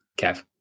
Kev